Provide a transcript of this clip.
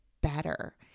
better